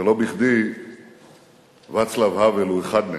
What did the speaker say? ולא בכדי ואצלב האוול הוא אחד מהם.